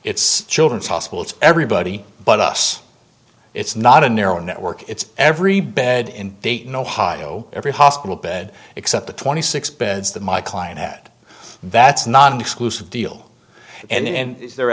it's children's hospital it's everybody but us it's not a narrow network it's every bed in dayton ohio every hospital bed except the twenty six beds that my client at that's not an exclusive deal and is the